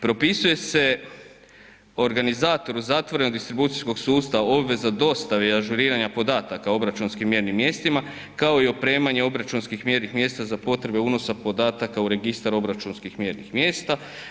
Propisuje se organizatoru zatvorenog distribucijskog sustava obveza dostave i ažuriranja podataka obračunskim mjernim mjestima kao i opremanje obračunskih mjernih mjesta za potrebe unosa podataka u registar obračunskih mjernih mjesta.